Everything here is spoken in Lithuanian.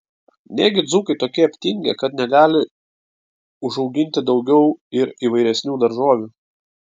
negi dzūkai tokie aptingę kad negali užauginti daugiau ir įvairesnių daržovių